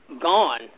gone